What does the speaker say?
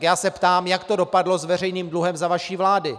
Já se ptám, jak to dopadlo s veřejným dluhem za vaší vlády?